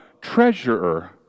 treasurer